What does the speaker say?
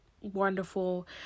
wonderful